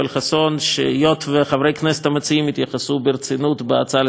שהיות שחברי הכנסת המציעים התייחסו ברצינות בהצעה לסדר-היום שהם העלו,